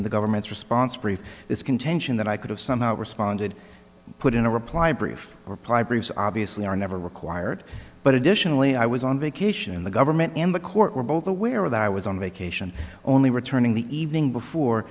in the government's response brief this contention that i could have somehow responded put in a reply brief reply briefs obviously are never required but additionally i was on vacation in the government and the court were both aware that i was on vacation only returning the evening before